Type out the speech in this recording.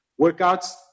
workouts